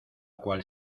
cual